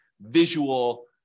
visual